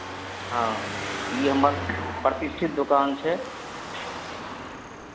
हँ ई हमर प्रतिष्ठित दोकान छै